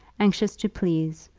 anxious to please,